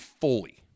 fully